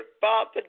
Father